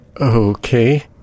okay